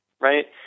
right